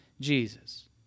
Jesus